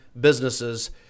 businesses